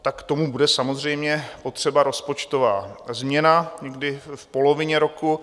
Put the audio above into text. Tak k tomu bude samozřejmě potřeba rozpočtová změna někdy v polovině roku.